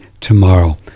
tomorrow